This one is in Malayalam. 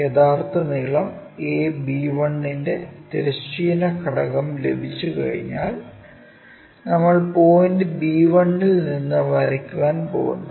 യഥാർത്ഥ നീളം ab1 ന്റെ തിരശ്ചീന ഘടകം ലഭിച്ചുകഴിഞ്ഞാൽ നമ്മൾ പോയിന്റ് b1 ൽ നിന്ന് വരയ്ക്കാൻ പോകുന്നു